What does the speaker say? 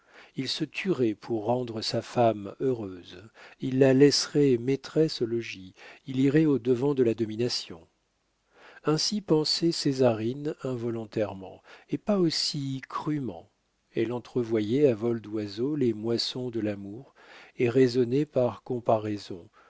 il se tuerait pour rendre sa femme heureuse il la laisserait maîtresse au logis il irait au devant de la domination ainsi pensait césarine involontairement et pas aussi cruement elle entrevoyait à vol d'oiseau les moissons de l'amour et raisonnait par comparaison